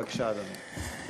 בבקשה, אדוני.